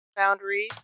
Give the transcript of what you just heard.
Boundaries